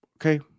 Okay